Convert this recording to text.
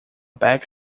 back